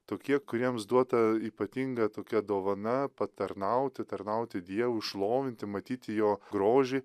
tokie kuriems duota ypatinga tokia dovana patarnauti tarnauti dievu šlovinti matyti jo grožį